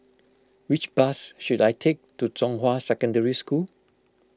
which bus should I take to Zhonghua Secondary School